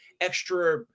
extra